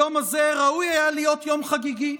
היום הזה ראוי היה להיות יום חגיגי,